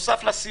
בנוסף לסיעוד.